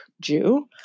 Jew